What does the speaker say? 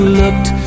looked